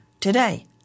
today